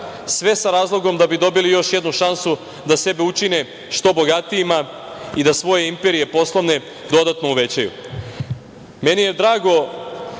sve sa razlogom da bi dobili još jednu šansu da sebe učine što bogatijima i da svoje poslovne imperije dodatno uvećaju. Meni